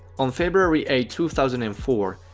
on february eight two thousand and four,